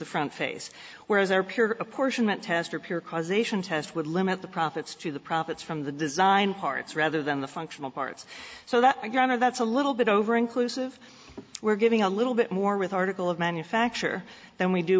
the front face whereas their pure apportionment test or pure causation test would limit the profits to the profits from the design parts rather than the functional parts so that a gram of that's a little bit over inclusive we're giving a little bit more with article of manufacture than we do